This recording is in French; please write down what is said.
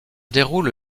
déroule